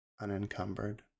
unencumbered